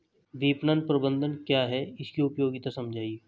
विपणन प्रबंधन क्या है इसकी उपयोगिता समझाइए?